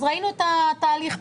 אז ראינו את התהליך כאן.